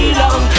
long